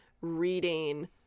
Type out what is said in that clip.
reading